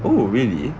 oh really